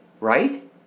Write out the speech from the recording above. right